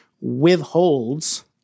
withholds